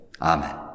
Amen